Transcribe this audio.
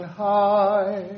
high